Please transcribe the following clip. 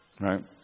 Right